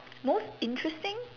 most interesting